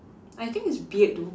I think it's beard though